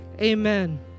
amen